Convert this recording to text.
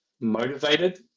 motivated